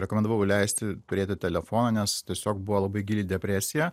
rekomendavau leisti turėti telefoną nes tiesiog buvo labai gili depresija